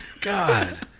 god